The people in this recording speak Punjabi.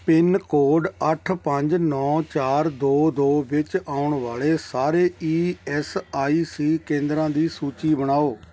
ਪਿੰਨਕੋਡ ਅੱਠ ਪੰਜ ਨੌੌੌ ਚਾਰ ਦੋ ਦੋ ਵਿੱਚ ਆਉਣ ਵਾਲੇ ਸਾਰੇ ਈ ਐੱਸ ਆਈ ਸੀ ਕੇਂਦਰਾਂ ਦੀ ਸੂਚੀ ਬਣਾਓ